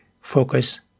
focus